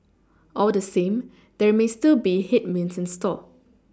all the same there may still be headwinds in store